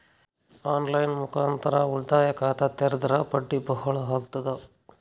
On line ಮುಖಾಂತರ ಉಳಿತಾಯ ಖಾತ ತೇರಿದ್ರ ಬಡ್ಡಿ ಬಹಳ ಅಗತದ?